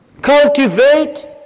cultivate